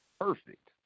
perfect